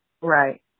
Right